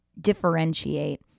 differentiate